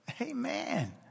Amen